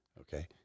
Okay